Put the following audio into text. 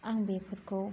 आं बेफोरखौ